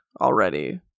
already